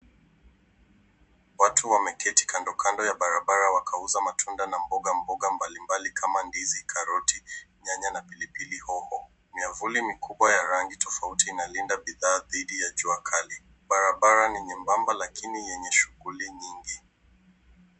Watu wameketi kando kando ya barabara wakiuza matunda na mboga mbalimbali kama ndizi, karoti ,nyanya na pilipili hoho. Miavuli mikubwa y arangi tofauti inalinda bidhaa dhidi ya jua kali. Barabara ni nyembamba lakini yenye shughuli nyingi.